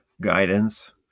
guidance